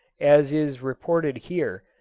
as is reported here,